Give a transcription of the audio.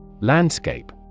Landscape